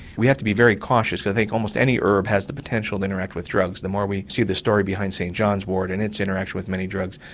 we have to be very cautious. i think almost any herb has the potential to interact with drugs. the more we see the story behind st john's wort and its interaction with many drugs,